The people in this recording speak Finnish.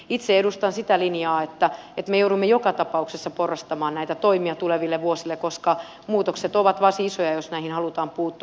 itse edustan sitä linjaa että me joudumme joka tapauksessa porrastamaan näitä toimia tuleville vuosille koska muutokset ovat varsin isoja jos näihin halutaan puuttua